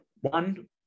one